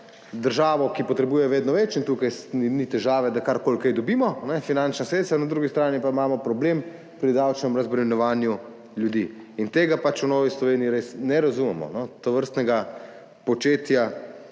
državo, ki potrebuje vedno več, in tukaj ni težave, da karkoli, kaj dobimo, finančna sredstva, na drugi strani pa imamo problem pri davčnem razbremenjevanju ljudi. Tega v Novi Sloveniji res ne razumemo, tovrstnega početja,